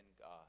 God